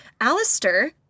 Alistair